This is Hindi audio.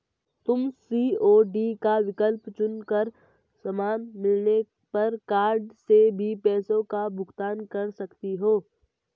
तुम सी.ओ.डी का विकल्प चुन कर सामान मिलने पर कार्ड से भी पैसों का भुगतान कर सकती हो